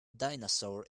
dinosaur